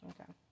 Okay